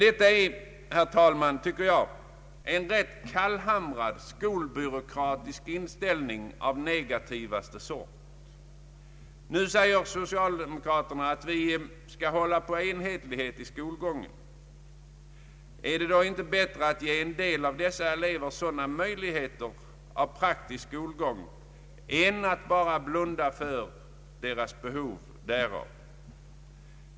Detta är, herr talman, en rätt kallhamrad skolbyråkrati av negativaste sort. Nu säger socialdemokraterna att vi skall hålla på enhetlighet i skolgången. Vore det inte bättre att ge en del av dessa elever en möjlighet till praktisk skolgång än att bara blunda för deras behov därav?